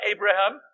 Abraham